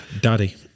daddy